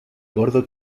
gordo